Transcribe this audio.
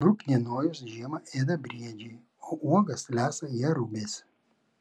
bruknienojus žiemą ėda briedžiai o uogas lesa jerubės